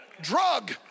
drug